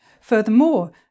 Furthermore